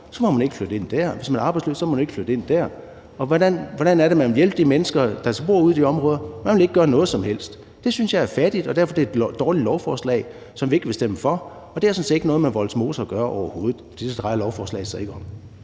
må man ikke flytte ind der, og hvis man er arbejdsløs, må man ikke flytte ind der. Hvordan er det, man vil hjælpe de mennesker, der så bor ude i de områder? Man vil ikke gøre noget som helst. Det synes jeg er fattigt, og derfor er det et dårligt lovforslag, som vi ikke vil stemme for, og det har sådan set ikke noget med Vollsmose at gøre overhovedet. For det drejer lovforslaget sig ikke om.